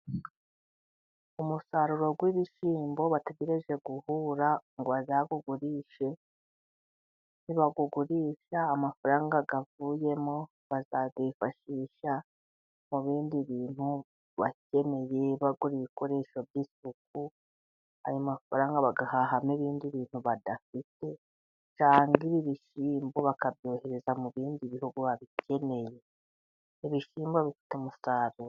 Umusaruro w'ibishyimbo bategereje guhura ngo bazawugurishe ,nibawugurisha ,amafaranga yavuyemo bazayifashisha mu bindi bintu bakeneye ,bagura ibikoresho by'isuku .Ayo mafaranga bayahahamo n'ibindi bintu badafite cyangwa ibi bishyimbo bakabyohereza mu bindi bihugu babikeneye. Ibishyimbo bifite umusaruro.